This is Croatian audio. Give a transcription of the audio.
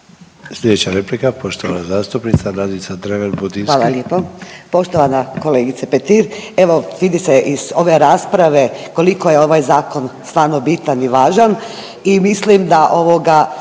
Slijedeća replika poštovana zastupnica Nadica Dreven Budinski.